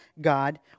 God